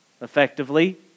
effectively